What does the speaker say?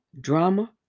drama